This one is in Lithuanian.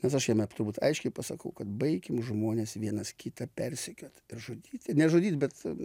nes aš jame turbūt aiškiai pasakau kad baikim žmonės vienas kitą persekiot ir žudyti ne žudyt bet